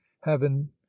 heaven